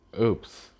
Oops